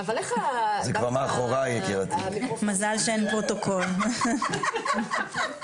איך מאפשרים לפלשתינאים בשטחי C לקבוע מציאות חדשה כאשר יש חלוקה,